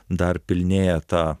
dar pilnėja ta